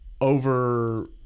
over